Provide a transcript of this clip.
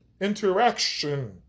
interaction